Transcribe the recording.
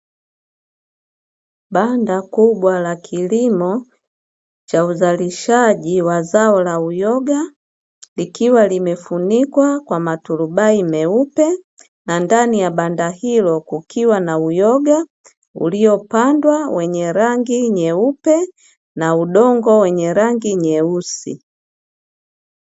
Banda kubwa la kilimo cha uzalishaji wa zao la uyoga likiwa limefunikwa kwa maturubai meupe, na ndani ya banda hilo kukiwa na uyoga uliopandwa wenye rangi nyeupe na udongo wenye rangi nyeusi.